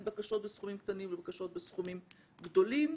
בקשות בסכומים קטנים לבקשות בסכומים גדולים.